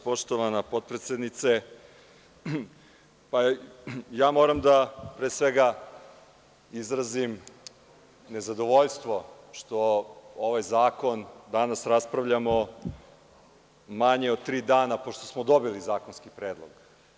Poštovana potpredsednice, moram da pre svega izrazim nezadovoljstvo što o ovom zakonu danas raspravljamo manje od tri dana pošto smo dobili ovaj zakonski predlog.